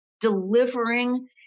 delivering